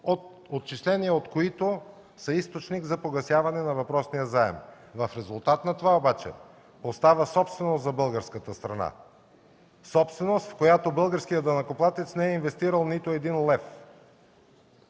отчисления, които са източник за погасяване на въпросния заем. В резултат на това обаче остава собственост за българската страна – собственост, в която българският данъкоплатец не е инвестирал нито един лев.